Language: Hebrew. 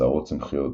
שערות צמחיות,